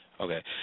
Okay